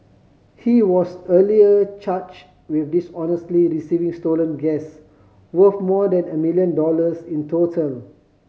he was earlier charged with dishonestly receiving stolen gas worth more than a million dollars in total